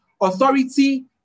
Authority